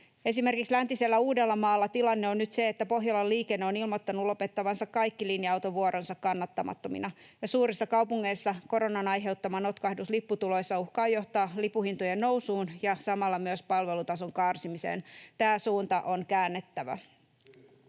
Esimerkiksi läntisellä Uudellamaalla tilanne on nyt se, että Pohjolan Liikenne on ilmoittanut lopettavansa kaikki linja-autovuoronsa kannattamattomina, ja suurissa kaupungeissa koronan aiheuttama notkahdus lipputuloissa uhkaa johtaa lipunhintojen nousuun ja samalla myös palvelutason karsimiseen. Tämä suunta on käännettävä.